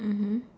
mmhmm